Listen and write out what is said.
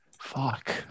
fuck